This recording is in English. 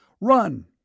Run